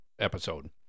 episode